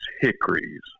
hickories